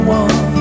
one